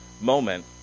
moment